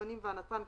השומנים והנתרן,